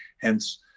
hence